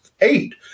eight